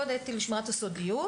קוד אתי לשמירת הסודיות,